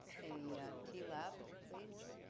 a tlab, please.